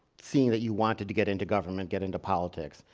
seeing that you wanted to get into government get into politics.